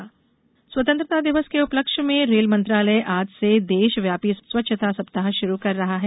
स्वच्छता सप्ताह स्वतंत्रता दिवस के उपलक्ष में रेल मंत्रालय आज से देश व्यापी स्वच्छता सप्ताह शुरू कर रहा है